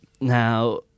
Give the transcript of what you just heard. Now